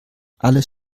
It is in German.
alles